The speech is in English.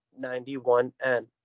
91N